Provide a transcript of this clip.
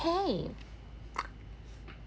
!hey!